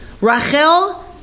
Rachel